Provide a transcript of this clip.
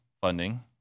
funding